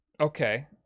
Okay